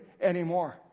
anymore